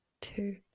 two